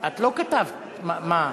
את לא כתבת מה.